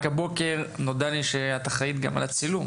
רק הבוקר נודע לי שאת אחראית גם על הצילום.